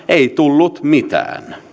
ei tullut mitään